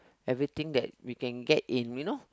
everything that we can get in you know